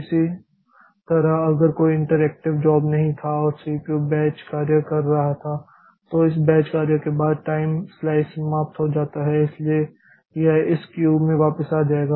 इसी तरह अगर कोई इंटरएक्टिव जॉब नहीं था और सीपीयू बैच कार्य कर रहा था तो इस बैच कार्य के बाद टाइम स्लाइस समाप्त हो जाता है इसलिए यह इस क्यू में वापस आ जाएगा